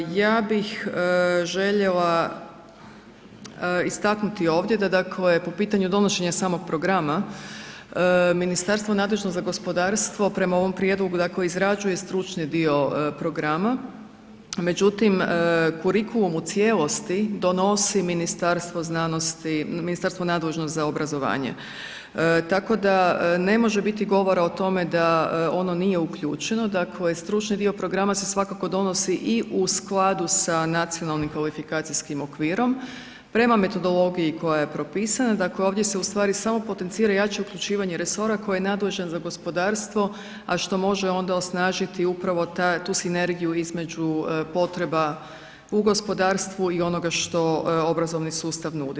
Ja bih željela istaknuti ovdje da dakle po pitanju donošenja programa, Ministarstvo nadležno za gospodarstvo prema ovom prijedlogu dakle izrađuje stručni dio programa međutim kurikulum u cijelosti donosi Ministarstvo nadležno obrazovanje tako da ne može biti govora o tome da ono nije uključeno, dakle stručni dio programa se svakako donosi i u skladu sa nacionalnim kvalifikacijskim okvirom prema metodologiji koja je propisana, dakle ovdje se ustvari samo potencira jače uključivanje resora koje je nadležan za gospodarstvo a što može onda osnažiti upravo tu sinergiju između potreba u gospodarstvu i onoga što obrazovni sustav nudi.